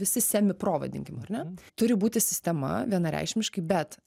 visi semi pro vadinkim ar ne turi būti sistema vienareikšmiškai bet